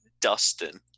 dustin